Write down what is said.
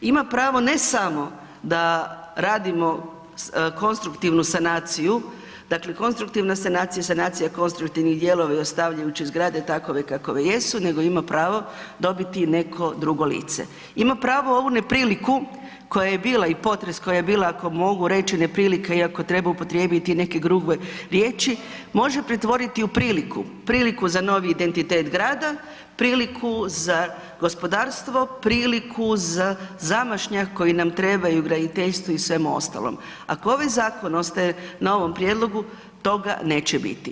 Ima pravo ne samo da radimo konstruktivnu sanaciju, dakle konstruktivna sanacija je sanacija konstruktivni dijelovi ostavljajući zgrade takove kakove jesu nego ima pravo dobiti neko drugo lice, ima pravo ovu nepriliku koja je bila i potres koji je bio ako mogu reći neprilika, iako treba upotrijebiti neke grube riječi, može pretvoriti u priliku, priliku za novi identitet grada, priliku za gospodarstvo, priliku za zamašnjak koji nam trebaju graditeljstvo i svemu ostalom, ako ovaj zakon ostaje na ovom prijedlogu, toga neće biti.